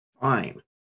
Fine